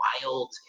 wild